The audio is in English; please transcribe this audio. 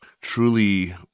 truly